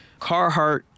Carhartt